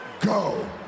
go